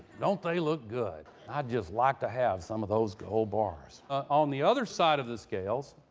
don't they look good? i'd just like to have some of those gold bars. on the other side of the scales,